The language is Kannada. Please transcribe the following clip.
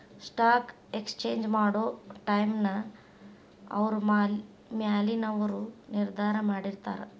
ಸ್ಟಾಕ್ ಎಕ್ಸ್ಚೇಂಜ್ ಮಾಡೊ ಟೈಮ್ನ ಅವ್ರ ಮ್ಯಾಲಿನವರು ನಿರ್ಧಾರ ಮಾಡಿರ್ತಾರ